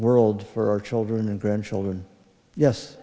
world for our children and grandchildren yes